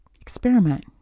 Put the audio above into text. experiment